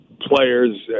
players